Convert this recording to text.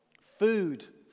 food